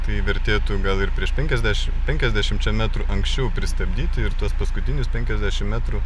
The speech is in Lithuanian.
tai vertėtų gal ir prieš penkiasdeši penkiasdešimčia metrų anksčiau pristabdyti ir tuos paskutinius penkiasdešim metrų